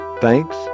Thanks